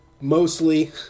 mostly